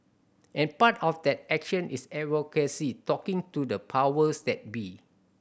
and part of that action is advocacy talking to the powers that be